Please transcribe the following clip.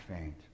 faint